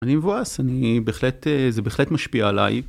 אני מבואס, אני בהחלט... זה בהחלט משפיע עליי.